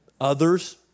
others